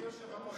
אדוני היושב-ראש,